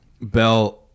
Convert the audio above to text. Bell